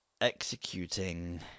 executing